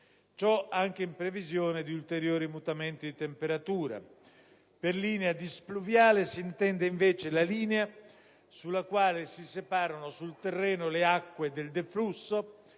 Ciò anche in previsione di ulteriori mutamenti di temperatura. Per linea displuviale si intende, invece, la linea sulla quale si separano sul terreno le acque del deflusso,